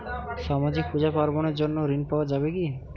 সামাজিক পূজা পার্বণ এর জন্য ঋণ পাওয়া যাবে কি?